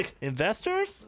investors